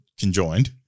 conjoined